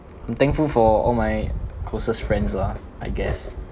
I'm thankful for all my closest friends lah I guess